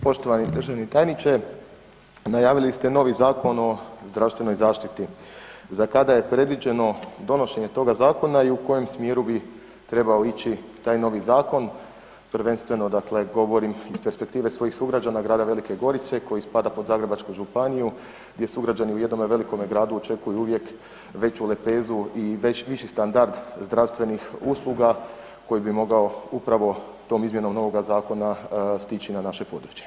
Poštovani državni tajniče, najavili ste novi Zakon o zdravstvenoj zaštiti, za kada je predviđeno donošenje toga zakona i u kojem smjeru bi trebao ići taj novi zakon, prvenstveno dakle govorim iz perspektive svojih sugrađana grada Velike Gorice koji spada pod Zagrebačku županiju gdje sugrađani u jednome velikome gradu očekuju uvijek veću lepezu i viši standard zdravstvenih usluga koji bi mogao upravo tom izmjenom novoga zakona stići na naše područje?